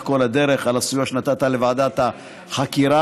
כל הדרך ועל הסיוע שנתת לוועדת החקירה,